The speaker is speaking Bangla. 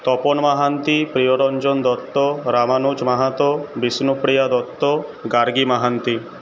তপন মহান্তি প্রিয়রঞ্জন দত্ত রামানুজ মাহাতো বিষ্ণুপ্রিয়া দত্ত গার্গী মহান্তি